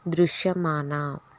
దృశ్యమాన